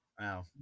Wow